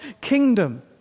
kingdom